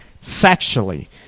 sexually